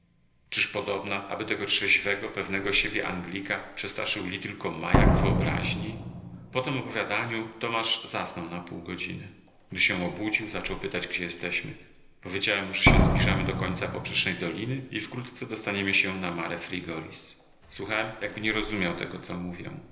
czyż podobna aby tego trzeźwego pewnego siebie anglika przestraszył li tylko majak wyobraźni po tem opowiadaniu tomasz zasnął na pół godziny gdy się obudził zaczął pytać gdzie jesteśmy powiedziałem mu że się zbliżamy do końca poprzecznej doliny i wkrótce dostaniemy się na mare frigoris słuchał jakby nie rozumiał tego co mówią